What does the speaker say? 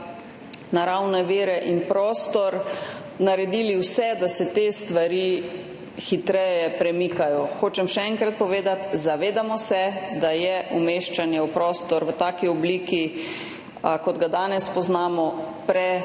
naravne vire in prostor naredili vse, da se te stvari hitreje premikajo. Še enkrat hočem povedati, zavedamo se, da je umeščanje v prostor v taki obliki, kot jo danes poznamo, predolgotrajno.